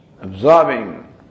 absorbing